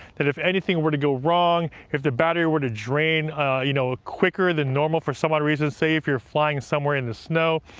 that if anything were to go wrong, if the battery were to drain you know quicker than normal for some-odd reason, say if you're flying somewhere in the snow,